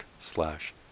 slash